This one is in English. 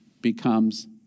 becomes